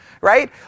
right